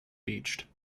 beached